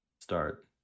start